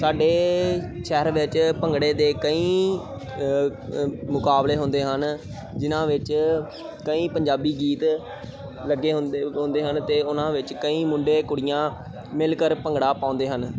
ਸਾਡੇ ਸ਼ਹਿਰ ਵਿੱਚ ਭੰਗੜੇ ਦੇ ਕਈ ਮੁਕਾਬਲੇ ਹੁੰਦੇ ਹਨ ਜਿਨ੍ਹਾਂ ਵਿੱਚ ਕਈ ਪੰਜਾਬੀ ਗੀਤ ਲੱਗੇ ਹੁੰਦੇ ਹੁੰਦੇ ਹਨ ਅਤੇ ਉਹਨਾਂ ਵਿੱਚ ਕਈ ਮੁੰਡੇ ਕੁੜੀਆਂ ਮਿਲ ਕਰ ਭੰਗੜਾ ਪਾਉਂਦੇ ਹਨ